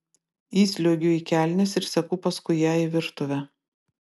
įsliuogiu į kelnes ir seku paskui ją į virtuvę